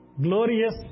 Glorious